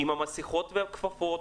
עם מסכות וכפפות,